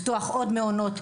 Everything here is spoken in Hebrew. לפתוח עוד מעונות,